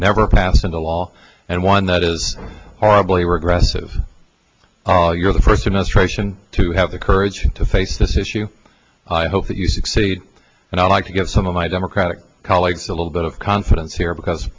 never passed into law and one that is horribly regressive you're the first i'm a stray ssion to have the courage to face this issue i hope that you succeed and i like to give some of my democratic colleagues a little bit of confidence here because